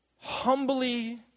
humbly